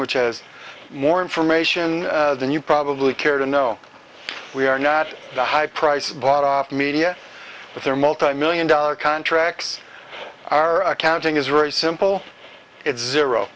which has more information than you probably care to know we are not the high price of bought off media but there multimillion dollar contracts are accounting is very simple it's zero